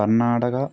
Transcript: Karnataka